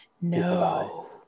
No